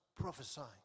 prophesying